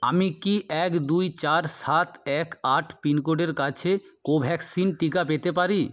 আমি কি এক দুই চার সাত এক আট পিনকোডের কাছে কোভ্যাক্সিন টিকা পেতে পারি